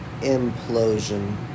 implosion